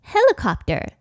Helicopter